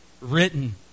written